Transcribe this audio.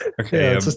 Okay